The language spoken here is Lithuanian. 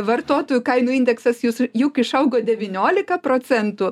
vartotojų kainų indeksas jūs juk išaugo devyniolika procentų